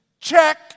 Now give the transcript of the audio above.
Check